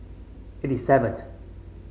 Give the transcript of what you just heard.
eighty seventh